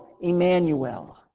Emmanuel